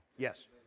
Yes